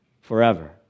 forever